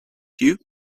you